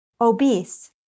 Obese